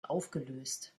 aufgelöst